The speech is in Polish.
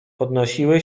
podnosiły